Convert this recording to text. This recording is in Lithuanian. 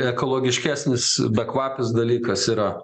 ekologiškesnis bekvapis dalykas yra